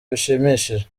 bishimishije